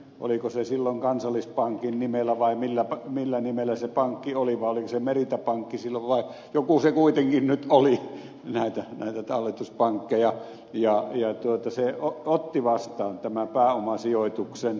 oliko se silloin kansallispankin nimellä vai millä nimellä se pankki oli vai oliko se merita pankki silloin joku se kuitenkin nyt oli näitä talletuspankkeja ja se otti vastaan tämän pääomasijoituksen